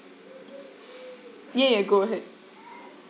yeah yeah go ahead